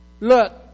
Look